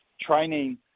training